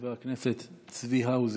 חבר הכנסת צבי האוזר,